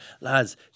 lads